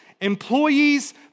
employees